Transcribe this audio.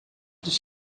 dos